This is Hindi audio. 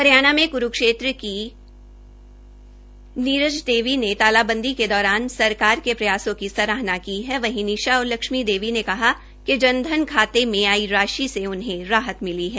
हरियाणा में क्रूक्षेत्र की नीरज़ देवी ने तालाबंदी के दौरान सरकार के प्रयासों की सराहना की है वहीं निशा और लक्ष्मी देवी ने कहा कि जन धन खाते में आई राशि से उनहें राहत मिली है